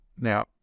Now